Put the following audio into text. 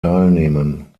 teilnehmen